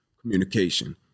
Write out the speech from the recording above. Communication